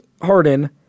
Harden